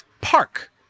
park